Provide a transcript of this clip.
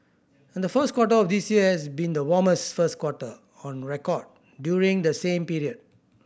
and the first quarter of this year has been the warmest first quarter on record during the same period